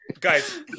Guys